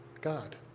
God